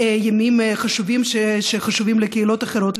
ימים חשובים שחשובים לקהילות אחרות,